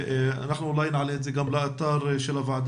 אנחנו אולי נעלה את זה לאתר הוועדה.